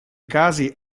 casi